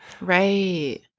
Right